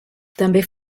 també